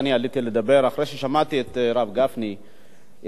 אחרי ששמעתי את הרב גפני החלטתי לדבר בעצם.